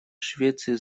швеции